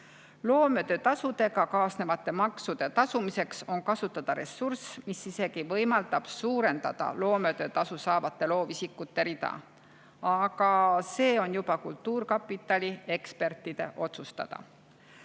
Loometöötasuga kaasnevate maksude tasumiseks on kasutada ressurss, mis isegi võimaldab suurendada loometöötasu saavate loovisikute rida. Aga see on juba kultuurkapitali ekspertide otsustada. Täna